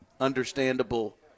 understandable